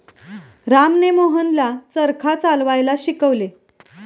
रामने मोहनला चरखा चालवायला शिकवले